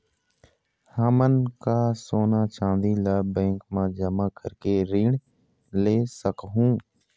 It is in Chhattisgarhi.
हमन का सोना चांदी ला बैंक मा जमा करके ऋण ले सकहूं?